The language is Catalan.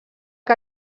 que